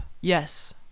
Yes